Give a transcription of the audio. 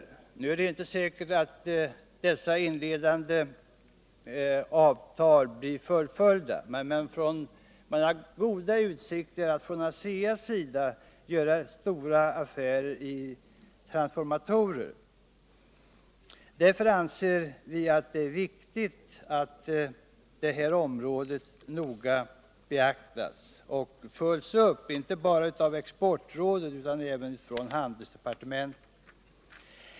Det är inte säkert att dessa inledande avtal fullföljs, men t.ex. Asea har goda utsikter att göra stora affärer i transformatorer. Därför anser vi att det är viktigt att detta område noga uppmärksammas, inte bara av Exportrådet utan även av handelsdepartementet.